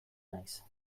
naiz